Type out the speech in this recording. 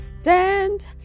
stand